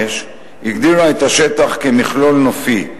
הגדירה את השטח כמכלול נופי.